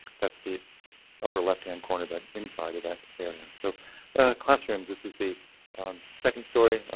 that's the upper left hand corner that inside of that area. so classrooms. this is the second story.